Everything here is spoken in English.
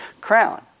crown